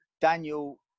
Daniel